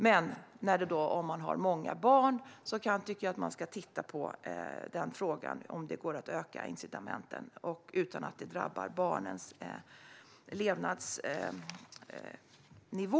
Men i familjer med många barn tycker jag att vi ska titta på om det går att öka incitamenten utan att det drabbar barnens levnadsnivå.